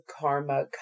karma